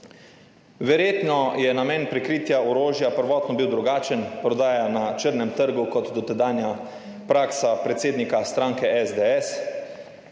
Verjetno je namen prikritja orožja prvotno bil drugačen, prodaja na črnem trgu kot dotedanja praksa predsednika stranke SDS.